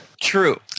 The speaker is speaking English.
True